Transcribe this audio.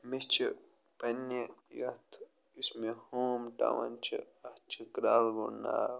مےٚ چھِ پنٛنہِ یَتھ یُس مےٚ ہوم ٹاوُن چھِ اَتھ چھِ کرٛالگُن ناو